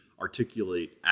articulate